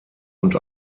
und